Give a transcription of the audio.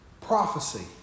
prophecy